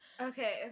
Okay